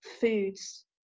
foods